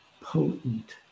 potent